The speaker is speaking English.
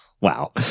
wow